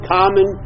common